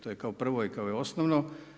To je kao prvo i kao osnovno.